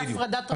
זה הפרדת רשויות.